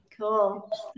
Cool